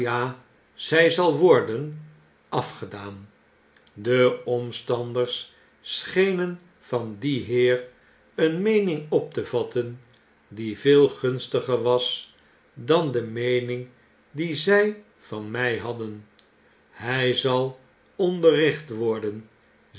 zy zal worden afgedaan de omstanders schenen van dien heer een meening op te vatten die veel gunstiger was dan de meening die zy van my hadden hy zal onderricht worden